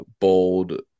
bold